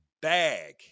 bag